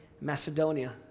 macedonia